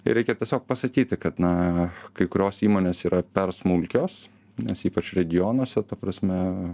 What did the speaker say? ir reikia tiesiog pasakyti kad na kai kurios įmonės yra per smulkios nes ypač regionuose ta prasme